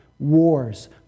Wars